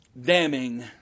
damning